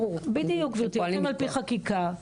בדיוק גבירתי, פועלים על פי חקיקה.